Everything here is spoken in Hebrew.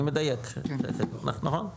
אני מדייק, נכון?